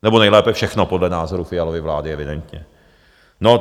Nebo nejlépe všechno, podle názoru Fialovy vlády evidentně.